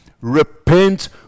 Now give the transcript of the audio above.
Repent